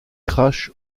crash